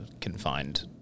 confined